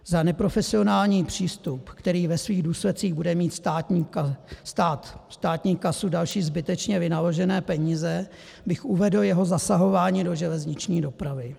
Za neprofesionální přístup, který ve svých důsledcích bude mít pro státní kasu další zbytečně vynaložené peníze, bych uvedl jeho zasahování do železniční dopravy.